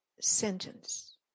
sentence